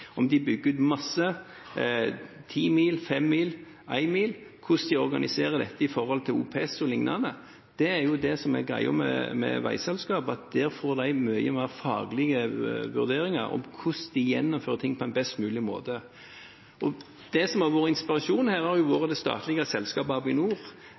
om de bygger ut mye – 10 mil, 5 mil, 1 mil – hvordan de organiserer dette med tanke på OPS og lignende. Greia med veiselskapet er at der får de mange flere faglige vurderinger om hvordan en gjennomfører ting på en best mulig måte. Det som har vært inspirasjonen her, er det statlige selskapet Avinor.